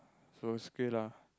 so is okay lah